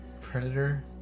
Predator